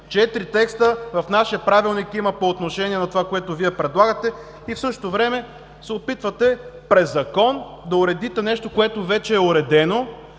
Четири текста в нашия Правилник има по отношение на това, което Вие предлагате, и в същото време се опитвате през закон да уредите нещо, което вече е уредено,